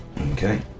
Okay